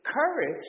Courage